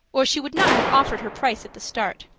or she would not have offered her price at the start.